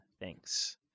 Thanks